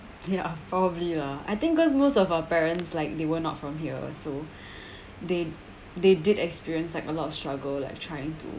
ya probably lah I think because most of our parents like they were not from here so they they did experience like a lot of struggle like trying to